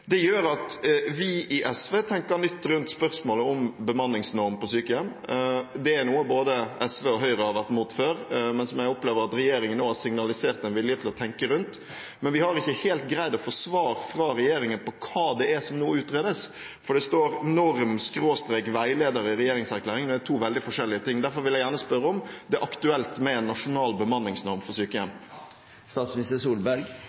Det gjør at vi i SV tenker nytt rundt spørsmålet om bemanningsnorm på sykehjem. Det er noe både SV og Høyre har vært imot før, men som jeg opplever at regjeringen nå har signalisert en vilje til å tenke rundt. Men vi har ikke helt greid å få svar fra regjeringen på hva det er som nå utredes, for det står «norm/veileder» i regjeringserklæringen. Det er to veldig forskjellige ting. Derfor vil jeg gjerne spørre om det er aktuelt med en nasjonal bemanningsnorm for sykehjem.